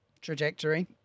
trajectory